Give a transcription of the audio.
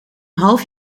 half